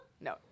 No